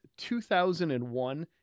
2001